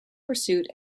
pursuit